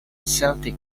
celtic